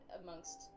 amongst